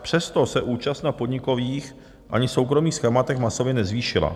Přesto se účast na podnikových ani soukromých schématech masově nezvýšila.